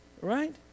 right